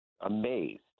amazed